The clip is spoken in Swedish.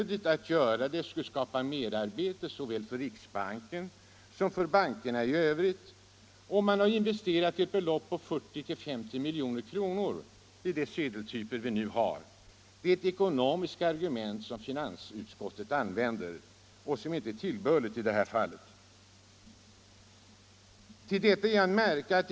Detta skulle skapa merarbete såväl för riksbanken som för bankerna i övrigt. Vidare har man, säger fullmäktige, investerat ett belopp på 40-50 milj.kr. i de sedeltyper vi nu har. Detta är ett ekonomiskt argument som finansutskottet tar fasta på men som inte är tillbörligt i detta sammanhang.